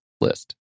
list